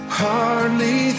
hardly